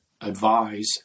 advise